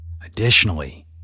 Additionally